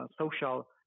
social